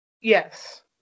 Yes